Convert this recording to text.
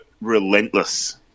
relentless